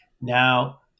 now